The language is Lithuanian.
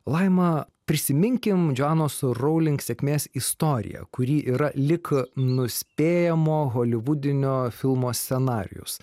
laima prisiminkim džoanos rowling sėkmės istoriją kuri yra lyg nuspėjamo holivudinio filmo scenarijus